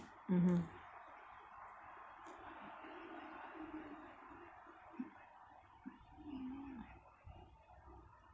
mmhmm